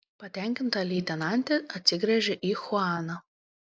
patenkinta leitenantė atsigręžė į chuaną